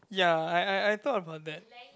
ya I I I thought about that